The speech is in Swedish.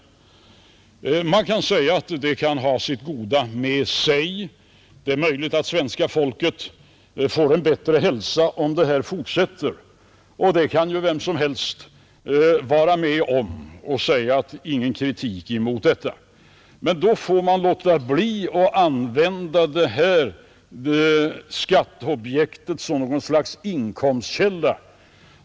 Man kan säga att den utvecklingen kan ha en del goda effekter. Det är möjligt att svenska folket får en bättre hälsa om den fortsätter, och vem som helst vill nog hålla med om att ingen kritik skall riktas mot detta. Men då får man också låta bli att använda det här skatteobjektet som en god inkomstkälla.